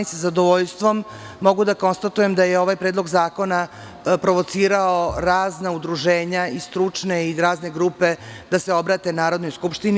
Mogu sa zadovoljstvom da konstatujem da je ovaj predlog zakona provocirao razna udruženja, stručne i razne grupe, da se obrate Narodnoj skupštini.